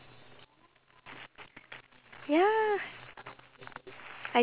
ya I